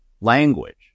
language